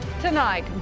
Tonight